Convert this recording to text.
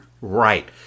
Right